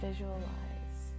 Visualize